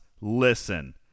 listen